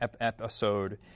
episode